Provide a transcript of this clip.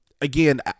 again